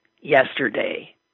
yesterday